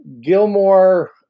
Gilmore